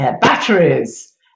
batteries